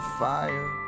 fire